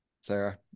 Sarah